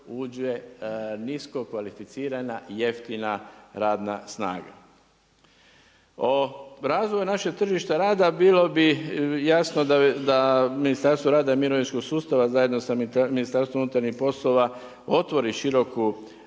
uđe niskokvalificirana jeftina radna snaga. O razvoju našeg tržišta rada, bilo bi jasno da Ministarstvo rada i mirovinskog sustava zajedno sa Ministarstvom unutarnjih poslova otvori široku